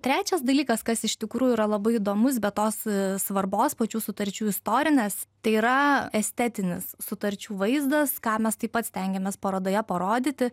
trečias dalykas kas iš tikrųjų yra labai įdomus be tos svarbos pačių sutarčių istorinės tai yra estetinis sutarčių vaizdas ką mes taip pat stengėmės parodoje parodyti